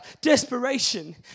desperation